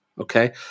okay